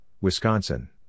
Wisconsin